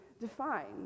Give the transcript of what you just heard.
defined